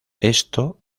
esto